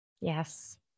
Yes